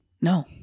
No